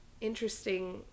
interesting